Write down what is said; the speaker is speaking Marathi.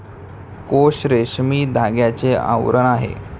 कोश रेशमी धाग्याचे आवरण आहे